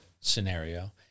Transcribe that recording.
scenario